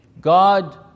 God